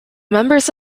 members